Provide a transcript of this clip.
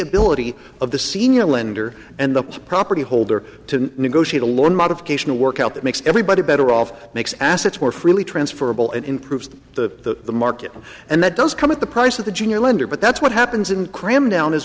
ability of the senior lender and the property holder to negotiate a loan modification work out that makes everybody better off makes assets more freely transferable it improves the market and that does come at the price of the junior lender but that's what happens in cram down as